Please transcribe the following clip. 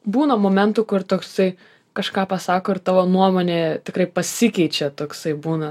būna momentų kur toksai kažką pasako ir tavo nuomonė tikrai pasikeičia toksai būna